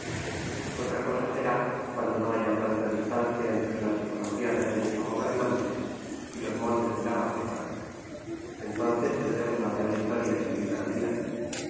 otra cosa será cuando no haya tanta distancia entre la psicología de reyes o gobernantes y los moldes de la gaceta entonces tendremos la real historia escrita al día